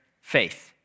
faith